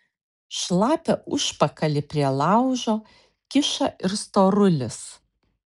šlapią užpakalį prie laužo kiša ir storulis